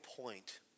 point